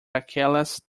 aquelas